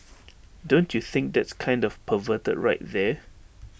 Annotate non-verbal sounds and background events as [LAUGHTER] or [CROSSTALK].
[NOISE] don't you think that's kind of perverted right there